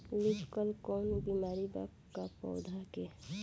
Leaf curl कौनो बीमारी बा का पौधा के?